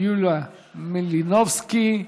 יוליה מלינובסקי.